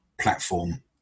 platform